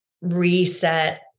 reset